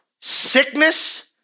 Sickness